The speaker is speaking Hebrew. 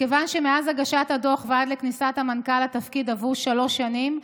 מכיוון שמאז הגשת הדוח ועד לכניסת המנכ"ל לתפקיד עברו שלוש שנים,